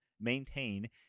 maintain